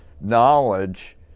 knowledge